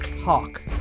Hawk